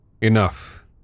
Enough